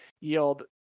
yield